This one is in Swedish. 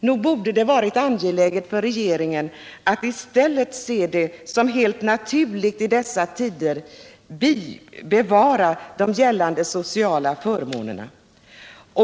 Nog borde det varit angeläget för regeringen att i stället se det som helt naturligt i dessa tider att bibehålla gällande sociala förmåner.